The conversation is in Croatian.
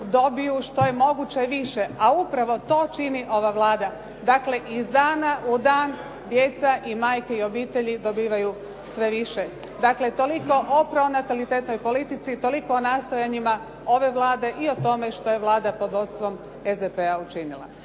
dobiju što je moguće više, a upravo to čini ova Vlada. Dakle, iz dana u dan djeca i majke i obitelji dobivaju sve više. Dakle, toliko o pronatalitetnoj politici, toliko o nastojanjima ove Vlade i o tome što je Vlada pod vodstvom SDP-a učinila.